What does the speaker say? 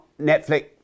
Netflix